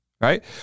right